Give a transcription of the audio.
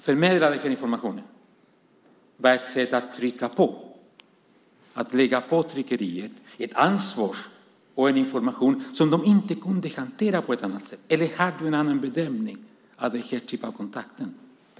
För mig var informationen bara ett sätt att trycka på, att lägga ett ansvar och en information på tryckeriet som de inte kunde hantera på ett annat sätt. Eller gör du en annan bedömning av denna typ av kontakt?